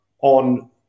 on